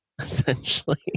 essentially